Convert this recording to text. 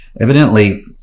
Evidently